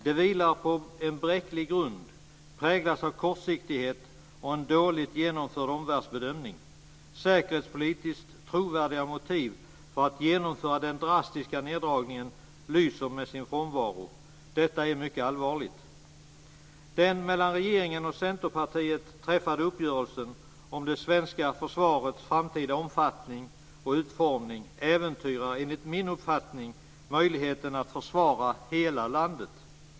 Det vilar på en bräcklig grund, präglas av kortsiktighet och en dåligt genomförd omvärldsbedömning. Säkerhetspolitiskt trovärdiga motiv för att genomföra den drastiska neddragningen lyser med sin frånvaro. Detta är mycket allvarligt. Den mellan regeringen och Centerpartiet träffade uppgörelsen om det svenska försvarets framtida omfattning och utformning äventyrar enligt min uppfattning möjligheten att försvara hela landet.